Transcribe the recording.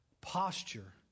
Posture